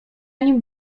nim